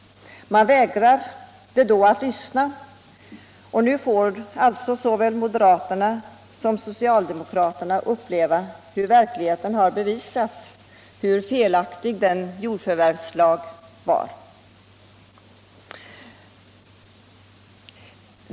Man vägrade då att lyssna och nu får såväl moderaterna som socialdemokraterna uppleva hur verkligheten har bevisat hur felaktig den nya jordförvärvslagen var.